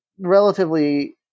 relatively